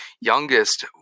Youngest